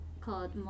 called